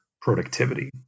productivity